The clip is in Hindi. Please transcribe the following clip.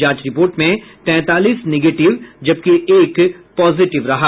जांच रिपोर्ट में तैंतालीस निगेटिव जबकि एक पॉजेटिव रहा